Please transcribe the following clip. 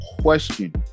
question